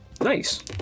Nice